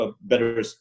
better